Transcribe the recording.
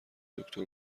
دکتر